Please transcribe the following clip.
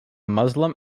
muslim